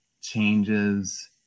changes